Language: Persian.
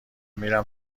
میرم